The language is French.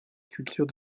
culture